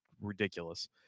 ridiculous